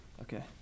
Okay